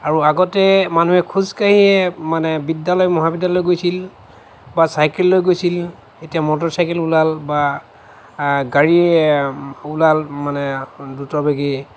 আৰু আগতে মানুহে খোজকাঢ়িয়ে মানে বিদ্যালয় মহাবিদ্যালয় গৈছিল বা চাইকেল লৈ গৈছিল এতিয়া মটৰ চাইকেল ওলাল বা গাড়ী ওলাল মানে দ্ৰুতবেগী